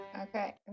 okay